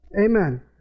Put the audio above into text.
Amen